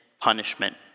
punishment